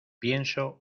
pienso